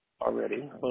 already